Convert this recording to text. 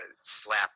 slap